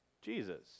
Jesus